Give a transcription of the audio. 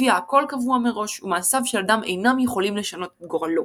לפיה הכול קבוע מראש ומעשיו של אדם אינם יכולים לשנות את גורלו.